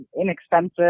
inexpensive